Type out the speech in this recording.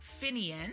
Finian